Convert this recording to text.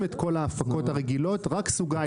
את כל ההפקות הרגילות רק סוגה עלית.